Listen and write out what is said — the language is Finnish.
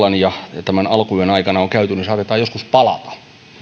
menneen illan ja tämän alkuyön aikana on käyty saatetaan joskus palata